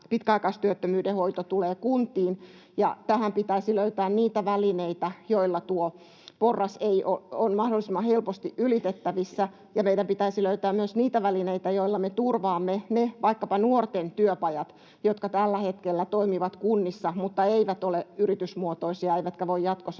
pitkäaikaistyöttömyyden hoito tulee kuntiin, ja tähän pitäisi löytää niitä välineitä, joilla tuo porras on mahdollisimman helposti ylitettävissä, ja meidän pitäisi löytää myös niitä välineitä, joilla me turvaamme vaikkapa ne nuorten työpajat, jotka tällä hetkellä toimivat kunnissa mutta eivät ole yritysmuotoisia eivätkä voi jatkossa